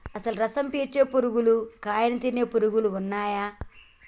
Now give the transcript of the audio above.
అసలు రసం పీల్చే పురుగులు కాయను తినే పురుగులు ఉన్నయ్యి